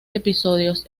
episodios